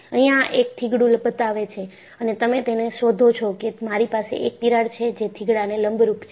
અહિયાં આ એક થીગડુ બતાવે છે અને તમે તેને શોધો છો કે મારી પાસે એક તિરાડ છે જે થીગડાને લંબરૂપ છે